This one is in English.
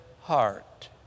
heart